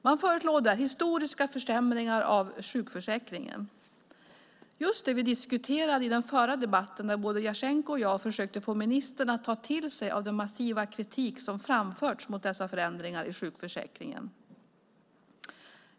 Man föreslår där historiska försämringar av sjukförsäkringen. Just detta diskuterade vi i förra debatten, där både Jasenko och jag försökte få ministern att ta till sig den massiva kritik som har framförts mot dessa förändringar i sjukförsäkringen.